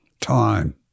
Time